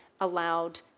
allowed